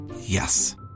Yes